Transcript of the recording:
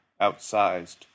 outsized